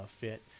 fit